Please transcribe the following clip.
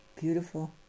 Beautiful